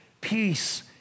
peace